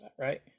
right